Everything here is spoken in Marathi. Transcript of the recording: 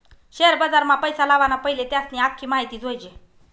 शेअर बजारमा पैसा लावाना पैले त्यानी आख्खी माहिती जोयजे